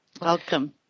Welcome